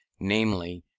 namely,